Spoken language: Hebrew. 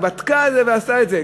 בדקה את זה ועשתה את זה.